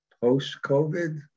post-COVID